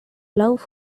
love